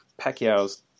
Pacquiao's